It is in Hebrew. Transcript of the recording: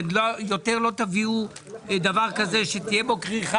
יותר לא תביאו דבר כזה שתהיה בו כריכה